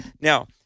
Now